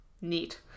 Neat